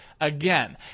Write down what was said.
again